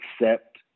accept